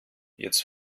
jetzt